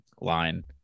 line